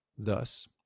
Thus